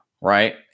Right